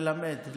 ללמד,